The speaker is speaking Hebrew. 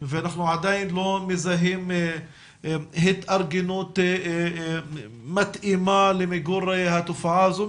ואנחנו עדיין לא מזהים התארגנות מתאימה למיגור התופעה הזו.